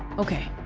okay